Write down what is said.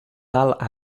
tal